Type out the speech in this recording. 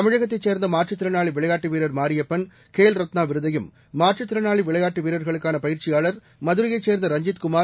தமிழகத்தைச் சேர்ந்த மாற்றுத் திறனாளி விளையாட்டு வீரர் மாரியப்பன் கேல் ரத்னா விருதையும் மாற்றுத் திறனாளி விளையாட்டு வீரர்களுக்கான பயிற்சியாளர் மதுரையைச் சேர்ந்த ரஞ்சித் குமார்